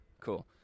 cool